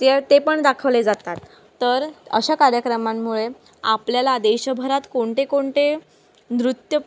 ते ते पण दाखवले जातात तर अशा कार्यक्रमांमुळे आपल्याला देशभरात कोणते कोणते नृत्य